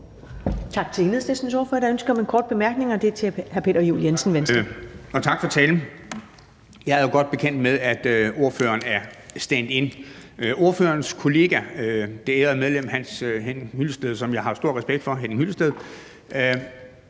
Tak til Enhedslistens ordfører. Der er ønske om en kort bemærkning, og det er fra hr. Peter Juel-Jensen, Venstre. Kl. 10:36 Peter Juel-Jensen (V): Tak. Og tak for talen. Jeg er jo godt bekendt med, at ordføreren er standin. Ordførerens kollega, det ærede medlem hr. Henning Hyllested, som jeg har stor respekt for, har altid